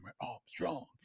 Armstrong